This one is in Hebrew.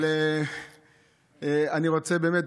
אבל אני רוצה באמת,